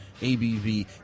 ABV